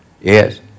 Yes